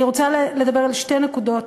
אני רוצה לדבר על שתי נקודות